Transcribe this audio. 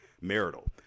marital